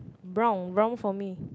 brown brown for me